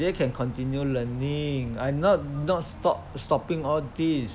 they can continue learning I'm not not stop stopping all these